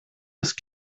ist